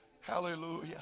Hallelujah